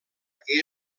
que